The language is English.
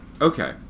Okay